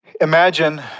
Imagine